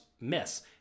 miss